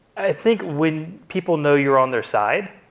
i think when people know you're on their side,